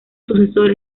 sucesor